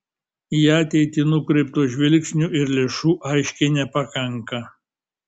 į ateitį nukreipto žvilgsnio ir lėšų aiškiai nepakanka